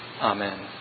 Amen